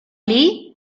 lee